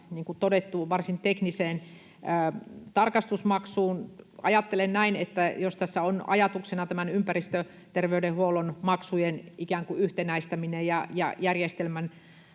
todettu, varsin tekniseen tarkastusmaksuun. Ajattelen näin, että jos tässä on ajatuksena ympäristöterveydenhuollon maksujen ikään kuin yhtenäistäminen ja järjestelmän